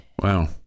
Wow